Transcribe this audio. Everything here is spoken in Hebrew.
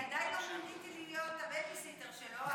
אני עדיין לא מוניתי להיות הבייביסיטר שלו,